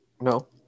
No